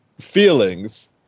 feelings